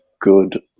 good